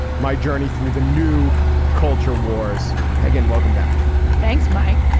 my journey through the new culture wars. meghan welcome back thanks mike.